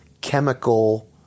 chemical